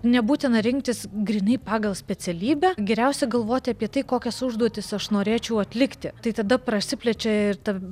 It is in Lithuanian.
nebūtina rinktis grynai pagal specialybę geriausia galvoti apie tai kokias užduotis aš norėčiau atlikti tai tada prasiplečia ir ta